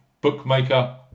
bookmaker